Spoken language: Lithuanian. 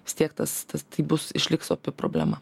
siektas tas tai bus išliks opi problema